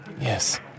Yes